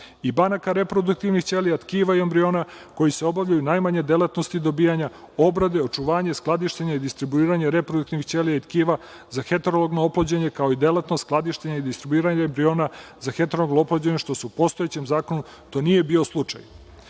i banaka reproduktivnih ćelija tkiva i embriona, koji se obavljaju najmanje delatnosti dobijanja obrade, očuvanje, skladištenje i distribuiranje reproduktivnih ćelija i tkiva za heterologno oplođenje, kao i delatnost skladištenja i distribuiranja embriona za heterologno oplođenje, što u postojećem zakonu to nije bio slučaj. Takođe